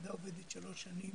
היחידה עובדת שלוש שנים.